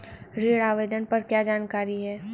ऋण आवेदन पर क्या जानकारी है?